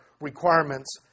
requirements